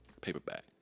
paperback